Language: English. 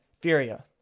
Furia